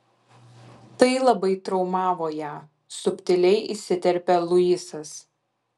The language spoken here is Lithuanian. tai labai traumavo ją subtiliai įsiterpia luisas